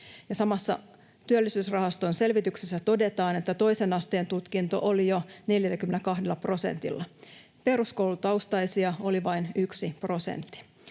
Samassa Työllisyysrahaston selvityksessä todetaan, että toisen asteen tutkinto oli jo 42 prosentilla. Peruskoulutaustaisia oli vain yksi prosentti.